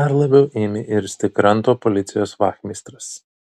dar labiau ėmė irzti kranto policijos vachmistras